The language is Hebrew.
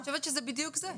אני חושבת שזה בדיוק זה.